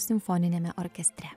simfoniniame orkestre